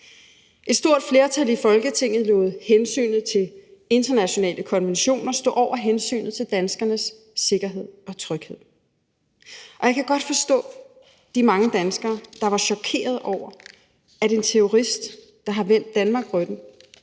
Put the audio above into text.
Et stort flertal i Folketinget lod hensynet til internationale konventioner stå over hensynet til danskernes sikkerhed og tryghed. Og jeg kan godt forstå de mange danskere, der var chokeret over, at en terrorist, der har vendt Danmark ryggen